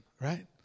right